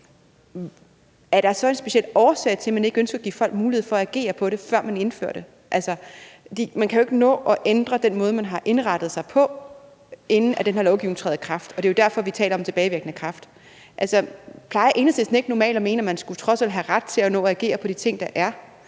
er der så en speciel årsag til, at man ikke ønsker at give folk mulighed for at agere på det, før man indfører ændringen? Altså, man kan jo ikke nå at ændre den måde, man har indrettet sig på, inden den her lovgivning træder i kraft – og det er derfor, vi taler om tilbagevirkende kraft. Altså, plejer Enhedslisten ikke normalt at mene, at man trods alt skal have mulighed for at nå at reagere på ændringer af